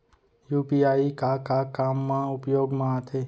UPI का का काम मा उपयोग मा आथे?